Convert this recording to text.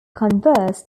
converse